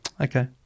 Okay